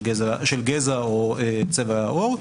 של גזע או צבע העור,